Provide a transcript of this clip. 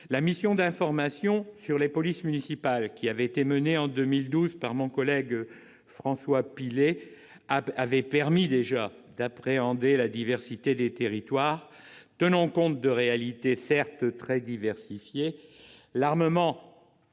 La mission d'information sur les polices municipales menée en 2012 avec mon collègue François Pillet a permis d'appréhender la diversité des territoires. Tenant compte de réalités locales diversifiées,